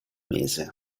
mese